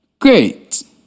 Great